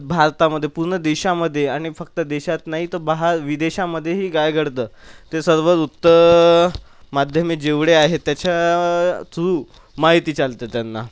भारतामध्ये पूर्ण देशामध्ये आणि फक्त देशात नाही तर बाहेर विदेशामध्येही काय घडतं ते सर्व वृत्त माध्यमे जेवढे आहे त्याच्या थ्रू माहिती चालतं त्यांना